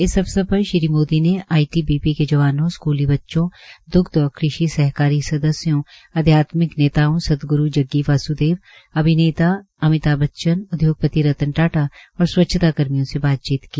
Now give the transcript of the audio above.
इस अवसर पर श्री मोदी ने आईटीबीपी के जवानों स्कूली बच्चों द्ग्ध और कृषि सहकारी सदस्यों अध्यात्मिक नेताओं सदग्रू जग्गी वास्देव अभिनेता अमिताभ बच्चन उद्योगपति रतन टाटा और स्वच्छता कर्मियों से बातचीत की